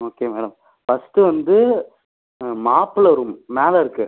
okay madam first வந்து மாப்ளை room மேலே இருக்குது